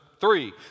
Three